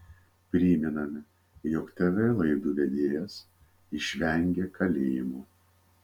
primename jog tv laidų vedėjas išvengė kalėjimo